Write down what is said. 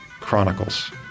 Chronicles